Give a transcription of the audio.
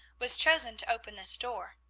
was chosen to open this door.